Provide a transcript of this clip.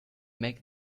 make